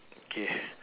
K